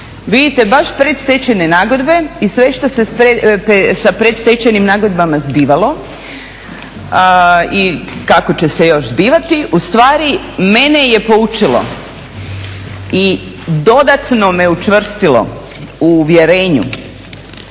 vidite baš predstečajne nagodbe i sve što se sa predstečajnim nagodbama zbivalo i kako će se još zbivati ustvari mene je poučilo i dodatno me učvrstilo u uvjerenju